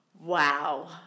wow